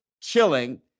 killing